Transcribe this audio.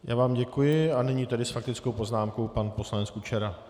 Já vám děkuji a nyní tedy s faktickou poznámkou pan poslanec Kučera.